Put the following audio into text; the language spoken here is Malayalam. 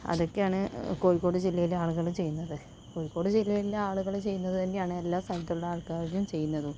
അതൊക്കെയാണ് കോഴിക്കോട് ജില്ലയിലെ ആളുകൾ ചെയ്യുന്നത് കോഴിക്കോട് ജില്ലയിലെ ആളുകൾ ചെയ്യുന്നത് തന്നെയാണ് എല്ലാ സ്ഥലത്തുള്ള ആൾക്കാരും ചെയ്യുന്നതും